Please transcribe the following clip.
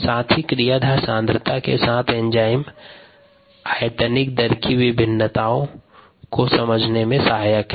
साथ ही क्रियाधार सांद्रता के साथ एंजाइम अयतानिक दर की विभिन्नताओं को समझने में सहायक है